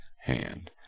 hand